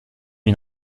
une